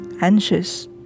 anxious